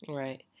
right